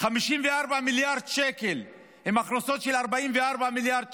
54 מיליארד שקל, עם ההכנסות של 44 מיליארד שקל,